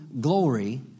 glory